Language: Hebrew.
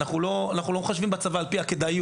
אנחנו לא מחשבים בצבא על פי כדאיות,